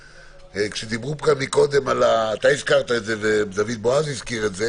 כשדיברו כאן קודם מתן גוטמן ודוד בועז הזכירו את זה